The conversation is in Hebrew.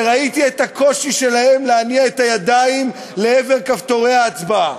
וראיתי את הקושי שלהם להניע את הידיים לעבר כפתורי ההצבעה,